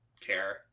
care